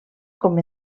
com